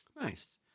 Nice